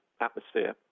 atmosphere